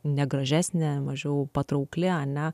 negražesnė mažiau patraukli ane